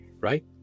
right